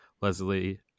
Leslie